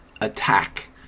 attack